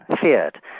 feared